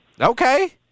Okay